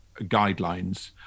guidelines